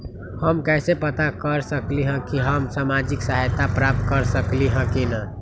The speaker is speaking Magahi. हम कैसे पता कर सकली ह की हम सामाजिक सहायता प्राप्त कर सकली ह की न?